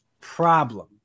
Problem